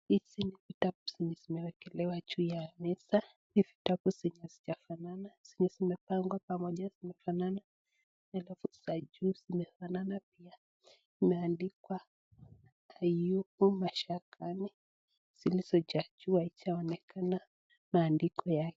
Hizi ni vitabu zenye zimewekelewa juu ya meza. Ni vitabu zenye hazijafanana. Zenye zimepangwa pamoja zimefanana, alafu za juu zimefanana pia. Imeandikwa, "Ayubu mashakani." Zilizojaa juu haijaonekana maandiko yake.